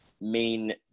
main